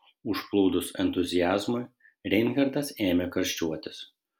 užplūdus entuziazmui reinhartas ėmė karščiuotis